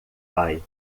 pai